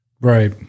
Right